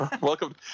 Welcome